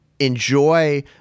Enjoy